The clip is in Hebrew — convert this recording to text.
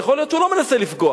יכול להיות שהוא לא מנסה לפגוע,